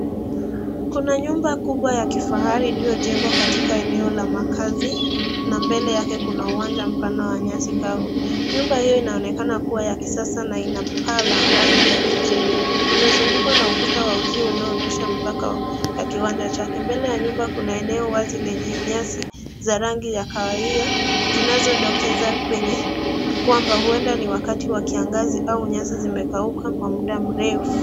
Kuna nyumba kubwa ya kifahari iliyojengwa katika eneo la makazi na mbele yake kuna uwanja mpana wa nyasi kavu. Nyumba hiyo inaonekana kuwa ya kisasa na ina paa la rangi ya kijivu. Imezungukwa na ukuta wa uzio unaoonyesha mpaka ya kiwanja chake. Mbele ya nyumba kuna eneo wazi lenye nyasi za rangi ya kahawia zinazodokeza kwamba huenda ni wakati wa kiangazi au nyasi zimekauka kwa muda mrefu.